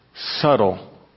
subtle